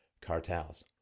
cartels